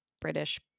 British